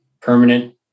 permanent